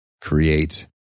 create